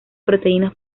proteínas